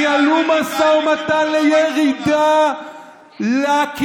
ניהלו משא ומתן לירידה לכינרת,